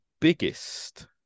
biggest